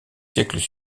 siècles